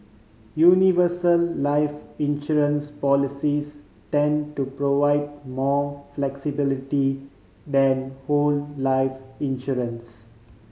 universal life insurance policies tend to provide more flexibility than whole life insurance